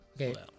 Okay